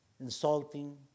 insulting